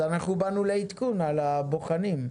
אנחנו באנו לעדכון על הבוחנים,